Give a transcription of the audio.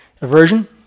aversion